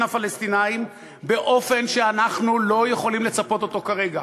הפלסטינים באופן שאנחנו לא יכולים לצפות כרגע.